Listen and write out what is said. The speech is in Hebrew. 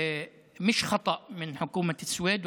ואין לזה קשר למה שאומרים בנוגע לחופש הביטוי.